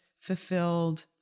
fulfilled